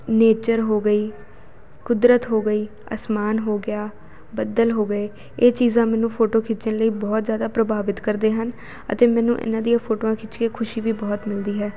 nature ਹੋ ਗਈ ਕੁਦਰਤ ਹੋ ਗਈ ਅਸਮਾਨ ਹੋ ਗਿਆ ਬੱਦਲ ਹੋ ਗਏ ਇਹ ਚੀਜ਼ਾਂ ਮੈਨੂੰ ਫੋਟੋ ਖਿੱਚਣ ਲਈ ਬਹੁਤ ਜ਼ਿਆਦਾ ਪ੍ਰਭਾਵਿਤ ਕਰਦੇ ਹਨ ਅਤੇ ਮੈਨੂੰ ਇਹਨਾਂ ਦੀਆਂ ਫੋਟੋਆਂ ਖਿੱਚ ਕੇ ਖੁਸ਼ੀ ਵੀ ਬਹੁਤ ਮਿਲਦੀ ਹੈ